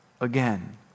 Again